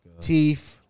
Teeth